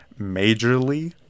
majorly